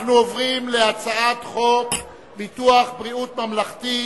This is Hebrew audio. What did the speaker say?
אנחנו עוברים להצעת חוק ביטוח בריאות ממלכתי,